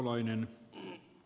arvoisa puhemies